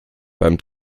beim